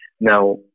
Now